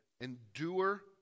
endure